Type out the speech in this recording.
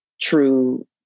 true